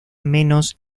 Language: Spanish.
menos